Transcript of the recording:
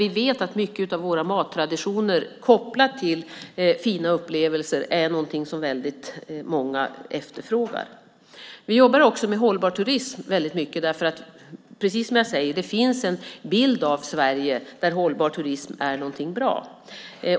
Vi vet att mycket av våra mattraditioner kopplat till fina upplevelser är någonting som väldigt många efterfrågar. Vi jobbar också väldigt mycket med hållbar turism. Precis som jag sagt finns det en bild av Sverige att hållbar turism är någonting bra.